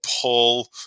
pull